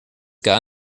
gar